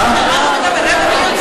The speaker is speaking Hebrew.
על מה אתה מדבר?